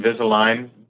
Invisalign